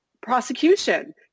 prosecution